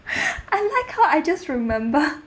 I like how I just remember